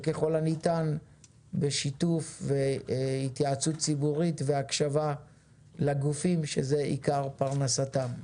וככל הניתן בשיתוף והתייעצות ציבורית והקשבה לגופים שזה עיקר פרנסתם.